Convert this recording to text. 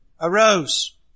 arose